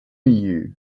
you